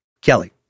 Kelly